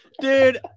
dude